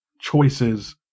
choices